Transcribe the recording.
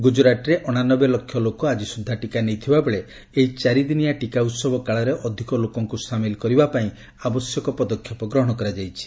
ଗୁଜୁରାଟ୍ରେ ଅଣାନବେ ଲକ୍ଷ ଲୋକ ଆଜିସ୍ବଦ୍ଧା ଟିକା ନେଇଥିବାବେଳେ ଏହି ଚାରିଦିନିଆ ଟିକା ଉତ୍ସବ କାଳରେ ଅଧିକ ଲୋକଙ୍କୁ ସାମିଲ୍ କରିବାପାଇଁ ଆବଶ୍ୟକ ପଦକ୍ଷେପ ଗ୍ରହଣ କରାଯାଇଛି